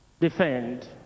defend